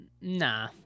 Nah